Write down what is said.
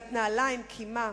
נעילת נעליים, קימה.